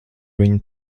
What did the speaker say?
viņu